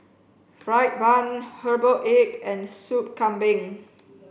fried bun herbal egg and Sup kambing